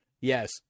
Yes